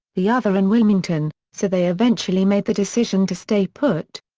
the other in wilmington, so they eventually made the decision to stay put.